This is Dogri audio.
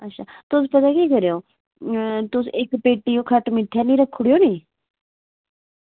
अच्छा तुस पता केह् करेओ तुस इक पेटी ओह् खट्ट मिट्ठे आह्ली रक्खी ओड़ेओ नी